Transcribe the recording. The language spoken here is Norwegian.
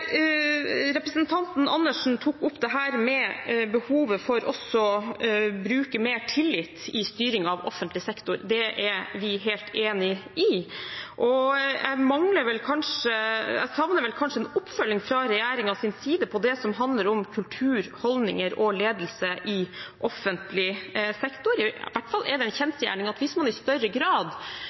Representanten Andersen tok opp dette med behovet for å bruke mer tillit i styring av offentlig sektor. Det er vi helt enig i. Jeg savner vel kanskje en oppfølging fra regjeringens side av det som handler om kultur, holdninger og ledelse i offentlig sektor. I hvert fall er det en kjensgjerning at hvis man i større grad